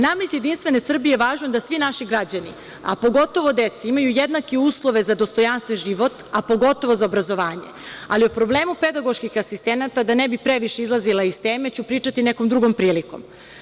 Nama iz JS je važno da svi naši građani, a pogotovo deca imaju jednake uslove za dostojanstven život, a pogotovo za obrazovanje, ali o problemu pedagoških asistenata, da ne bi previše iz teme, ću pričati nekom drugom prilikom.